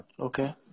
Okay